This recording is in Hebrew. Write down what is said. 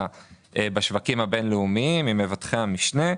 בשווקים הבינלאומיים על ידי מבטחי משנה.